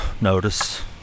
notice